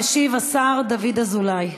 משיב השר דוד אזולאי.